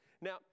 Now